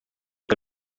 que